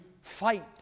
fight